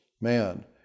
Man